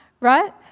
right